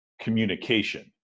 communication